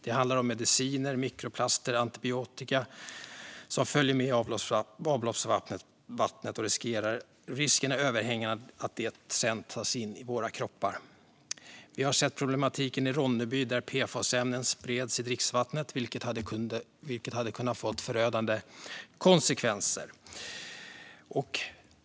Det handlar om mediciner, mikroplaster och antibiotika som följer med i avloppsvattnet, och risken är överhängande att de sedan tar sig in i våra kroppar. Vi har sett problematiken i Ronneby, där PFAS-ämnen spreds i dricksvattnet, vilket hade kunnat få förödande konsekvenser.